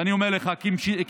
ואני אומר לך כממשלה,